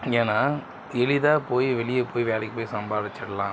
ஏன்னா எளிதாக போய் வெளியே போய் வேலைக்கு போய் சம்பாதிச்சிட்லாம்